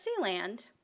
Sealand